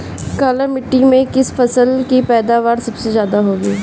काली मिट्टी में किस फसल की पैदावार सबसे ज्यादा होगी?